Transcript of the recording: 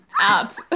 out